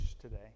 today